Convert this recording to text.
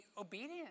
obedient